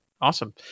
Awesome